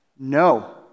No